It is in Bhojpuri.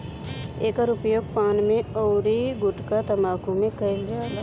एकर उपयोग पान में अउरी गुठका तम्बाकू में कईल जाला